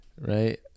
right